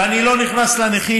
ואני לא נכנס לנכים,